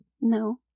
No